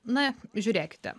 na žiūrėkite